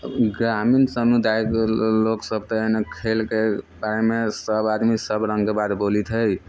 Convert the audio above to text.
ग्रामीण समुदायके लोक सभ तऽ ने खेलके बारेमे सभ आदमी सभ रङ्गके बात बोलैत है